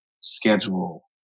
schedule